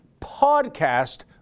podcast